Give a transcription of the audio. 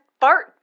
fart